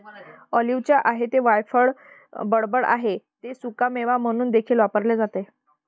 ऑलिव्हचे आहे ते वायफळ बडबड आहे ते सुकामेवा म्हणून देखील वापरले जाते